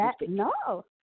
No